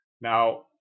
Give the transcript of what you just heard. Now